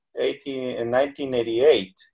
1988